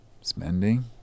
spending